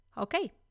Okay